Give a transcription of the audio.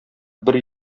бер